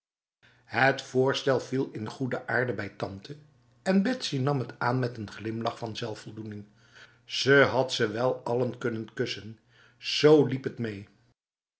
het voorstel viel in goede aarde bij tante en betsy nam het aan met een glimlach van zelfvoldoening ze had ze allen wel kunnen kussen zo liep het mee